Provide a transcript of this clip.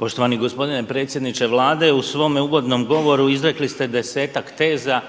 Poštovani gospodine predsjedniče Vlade u svom uvodnom govori izrekli ste desetak teza